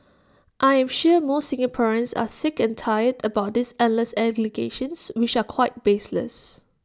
I am sure most Singaporeans are sick and tired about these endless allegations which are quite baseless